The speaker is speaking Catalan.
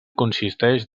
consisteix